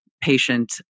patient